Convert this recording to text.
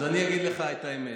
אז אני אגיד לך את האמת.